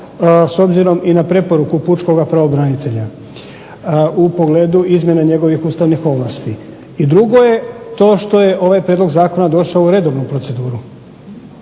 s obzirom i na preporuku pučkoga pravobranitelja u pogledu izmjene njegovih ustavnih ovlasti. I drugo je to što je ovaj prijedlog zakona došao u redovnu proceduru.